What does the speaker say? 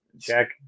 check